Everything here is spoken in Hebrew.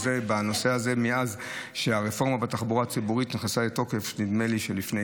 לקבל הנחה בתחבורה ציבורית נדרש תושב הפריפריה